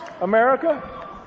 America